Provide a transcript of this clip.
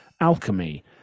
alchemy